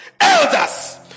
elders